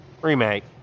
Remake